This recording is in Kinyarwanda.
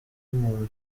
muntu